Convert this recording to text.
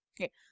Okay